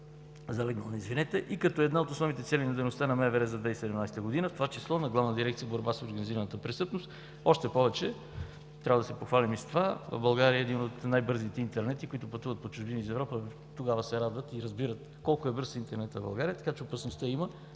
залегнала и като една от основните цели на дейността на МВР за 2017 г., в това число на Главна дирекция „Борба с организираната престъпност“. Още повече трябва да се похвалим и с това – в България е един от най-бързите интернети. Тези, които пътуват по чужбина из Европа, тогава разбират и се радват колко бърз е интернетът в България, така че опасността я